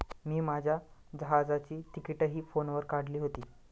मी माझ्या जहाजाची तिकिटंही फोनवर काढली होती